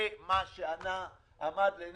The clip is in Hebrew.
משה ברקת הראה קודם.